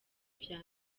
vya